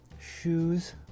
shoes